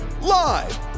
live